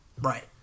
Right